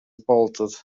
bolted